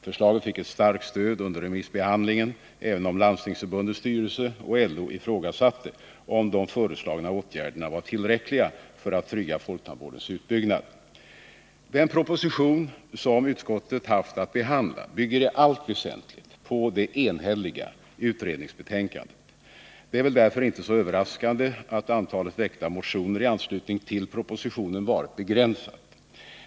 Förslaget fick ett starkt stöd under remissbehandlingen, även om Landstingsförbundets styrelse och LO ifrågasatte om de föreslagna åtgärderna var tillräckliga för att trygga folktandvårdens utbyggnad. Den proposition som utskottet haft att behandla bygger i allt väsentligt på det enhälliga utredningsbetänkandet. Det är väl därför inte så överraskande att antalet väckta motioner i anslutning till propositionen varit begränsat.